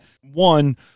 one-